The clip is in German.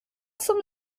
zum